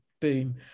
boom